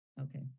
Okay